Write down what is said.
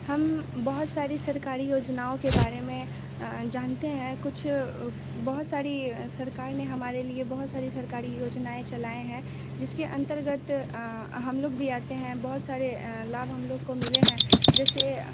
हम बहुत सारी सरकारी योजनाओं के बारे में जानते हैं कुछ बहुत सारी सराकार ने हमारे लिए बहुत सारी सरकारी योजनाएँ चलाए हैं जिसके अंतर्गत हम लोग भी आते हैं बहुत सारे लाभ हम लोग को मिले हैं जैसे